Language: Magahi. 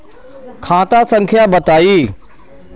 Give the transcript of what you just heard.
खाता संख्या बताई?